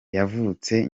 yavutse